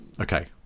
Okay